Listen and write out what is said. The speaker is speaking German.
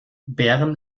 bern